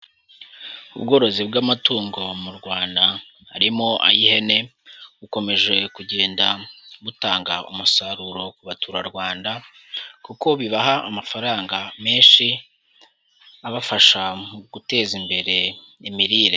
Ubworozi bw'amatungo mu Rwanda harimo ay'ihene, bukomeje kugenda butanga umusaruro ku baturarwanda, kuko bibaha amafaranga menshi abafasha mu guteza imbere imirire.